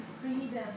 freedom